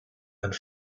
and